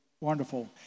wonderful